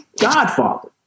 godfather